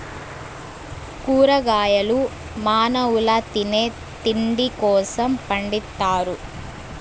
కూరగాయలు మానవుల తినే తిండి కోసం పండిత్తారు